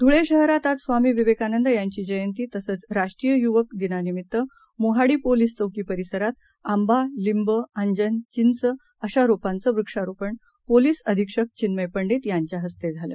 धुळेशहरातआजस्वामीविवेकानंदयांचीजयंतीतसंचराष्ट्रीययुवकदिनानिमित्तमोहाडीपोलीसचौकीपरीसरातआंबालिब अंजनचिंचअशारोपांचंवृक्षारोपणपोलीसअधिक्षकचिन्मयपंडितयांच्याहस्तेझालं